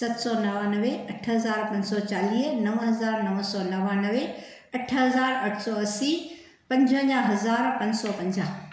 सत सौ नवानवे अठ हज़ार पंज सौ चालीह नव हज़ार नव सौ नवानवे अठ हज़ार अठ सौ असी पंजवंजाहु हज़ार पंज सौ पंजाहु